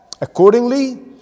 accordingly